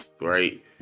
right